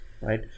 right